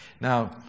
now